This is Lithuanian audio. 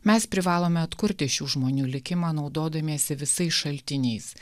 mes privalome atkurti šių žmonių likimą naudodamiesi visais šaltiniais